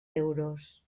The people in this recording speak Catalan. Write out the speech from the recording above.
euros